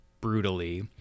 brutally